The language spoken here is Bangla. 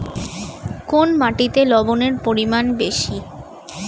কোন মাটিতে লবণের পরিমাণ বেশি?